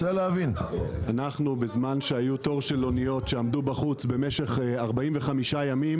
אנחנו בזמן שהיו תור של אוניות שעמדו בחוץ משך 45 ימים,